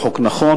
הוא חוק נכון.